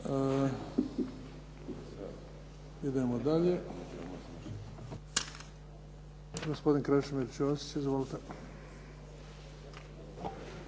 Idemo dalje. Gospodin Krešimir Ćosić, izvolite.